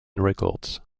records